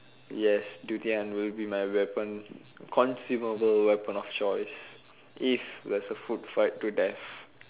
yes durian will be my weapon consumable weapon of choice if there is a food fight to death